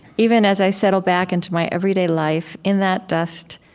even as i settle back into my everyday life, in that dust,